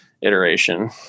iteration